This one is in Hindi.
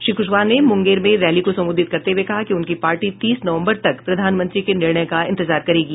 श्री कुशवाहा ने मुंगेर में रैली को संबोधित करते हये कहा कि उनकी पार्टी तीस नवम्बर तक प्रधानमंत्री के निर्णय का इंतजार करेगी